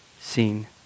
seen